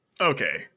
Okay